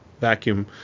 vacuum